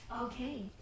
Okay